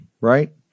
right